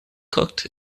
cooked